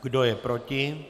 Kdo je proti?